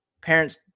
Parents